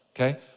okay